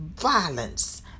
violence